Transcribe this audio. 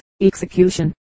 execution